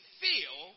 feel